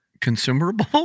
Consumable